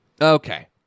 Okay